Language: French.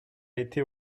été